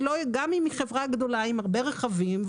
גם אם היא חברה גדולה עם הרבה רכבים,